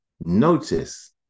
notice